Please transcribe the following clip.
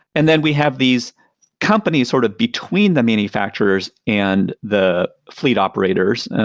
and then we have these companies sort of between the manufacturers and the fleet operators.